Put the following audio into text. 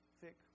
thick